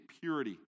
purity